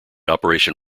operation